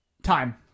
Time